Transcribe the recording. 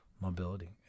mobility